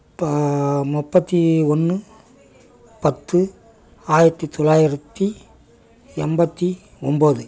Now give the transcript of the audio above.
முப்பத்து ஒன்று பத்து ஆயிரத்து தொள்ளாயிரத்து எண்பத்தி ஒம்பது